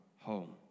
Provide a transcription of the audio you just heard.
home